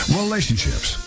relationships